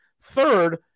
Third